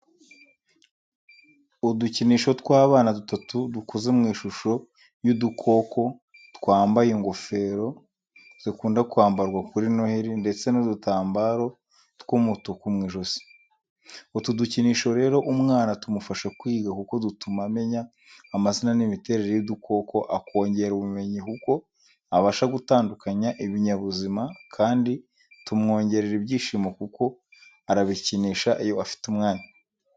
Udukinisho tw'abana dutatu dukoze mu ishusho y'udukoko, twambaye ingofero zikunda kwambarwa kuri noheli ndetse n'udutambaro tw'umutuku mu ijosi. Utu dukinisho rero umwana tumufasha kwiga kuko dutuma amenya amazina n’imiterere y’udukoko, akongera ubumenyi kuko abasha gutandukanya ibinyabuzima kandi tumwongerera ibyishimo kuko arabikinisha iyo afite umwanya.